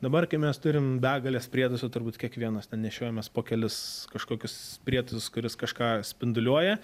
dabar kai mes turim begales prietaisų turbūt kiekvienas ten nešiojamės po kelis kažkokius prietaisus kuris kažką spinduliuoja